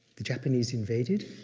the japanese invaded,